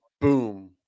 boom